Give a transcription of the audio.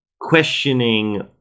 questioning